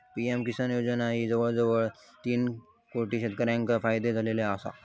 PM किसान योजनेचो जवळजवळ तीन कोटी शेतकऱ्यांका फायदो झालेलो आसा